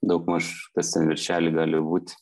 daugmaž kas ten viršely gali būt